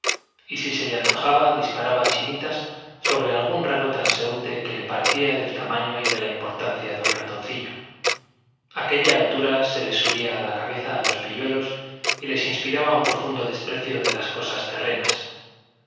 y si se le antojaba disparaba chinitas sobre algún raro transeúnte que le parecía del tamaño y de la importancia de un ratoncillo aquella altura se les subía a la cabeza a los pilluelos y les inspiraba un profundo desprecio de las cosas terrenas